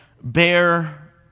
bear